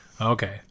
Okay